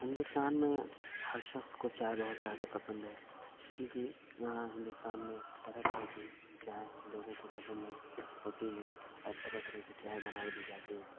ہندوستان میں ہر شخص کو چائے بہت زیادہ پسند ہے کیوں کہ یہاں ہندوستان میں طرح طرح کی چائے لوگوں کو پسند ہوتی ہے اور طرح طرح کی چائے بنائی بھی جاتی ہے